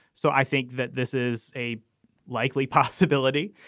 so i think that this is a likely possibility.